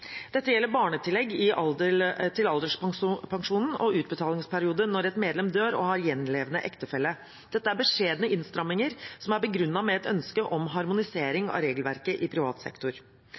Dette gjelder barnetillegg til alderspensjonen og utbetalingsperiode når et medlem dør og har gjenlevende ektefelle. Dette er beskjedne innstramminger, som er begrunnet med et ønske om harmonisering av regelverket i privat sektor.